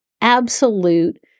absolute